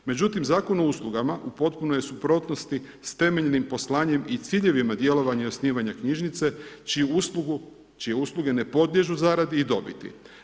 Međutim Zakon o uslugama u potpunoj je suprotnosti sa temeljnim poslanjem i ciljevima djelovanja i osnivanja knjižnice čije usluge ne podliježu zaradi i dobiti.